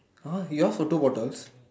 !huh! you asked for two bottles